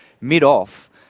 Mid-off